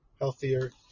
healthier